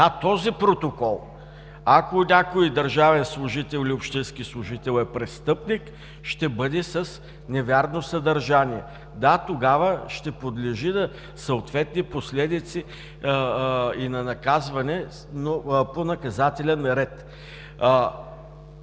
Този протокол, ако някой държавен или общински служител е престъпник, ще бъде с невярно съдържание и тогава ще подлежи на съответни последици, на наказване, но по наказателен ред.